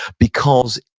because,